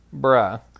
Bruh